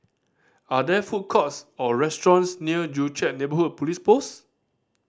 are there food courts or restaurants near Joo Chiat Neighbourhood Police Post